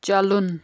چلُن